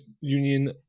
Union